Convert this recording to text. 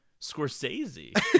scorsese